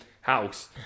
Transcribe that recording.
house